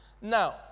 Now